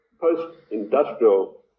Post-Industrial